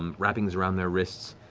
um wrappings around their wrists,